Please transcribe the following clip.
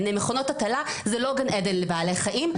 אם הן מכונות הטלה, זה לא גן עדן לבעלי חיים.